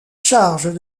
charges